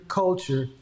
culture